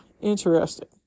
interesting